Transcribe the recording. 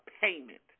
payment